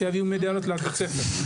שיביאו מדליות לבית ספר.